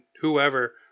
whoever